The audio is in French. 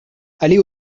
allez